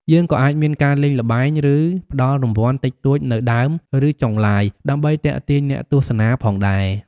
យើងក៏អាចមានការលេងល្បែង ឬផ្តល់រង្វាន់តិចតួចនៅដើម ឫ ចុងLive ដើម្បីទាក់ទាញអ្នកទស្សនាផងដែរ។